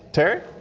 terry.